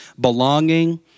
belonging